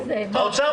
האוצר